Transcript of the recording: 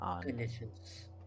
conditions